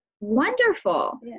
wonderful